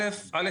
קודם כול,